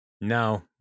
No